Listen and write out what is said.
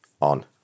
on